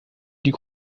die